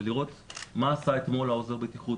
ולראות מה עשה אתמול עוזר הבטיחות,